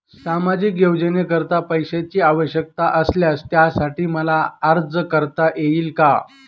सामाजिक योजनेकरीता पैशांची आवश्यकता असल्यास त्यासाठी मला अर्ज करता येईल का?